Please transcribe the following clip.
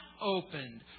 opened